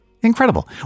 Incredible